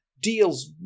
deals